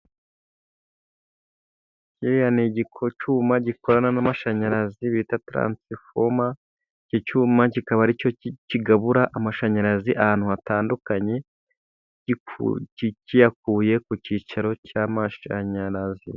Kiriya ni icyuma gikorana n'amashanyarazi bita taransfoma, iki cyuma kikaba ari cyo kigabura amashanyarazi ahantu hatandukanye, kiyakuye ku cyicaro cy'amashanyarazi.